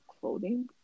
clothing